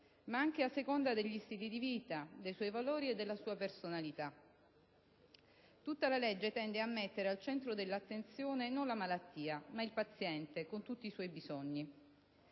ma anche a seconda degli stili di vita, dei suoi valori e della sua personalità. Tutta la legge tende a mettere al centro dell'attenzione non la malattia, ma il paziente con tutti i suoi bisogni.